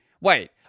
Wait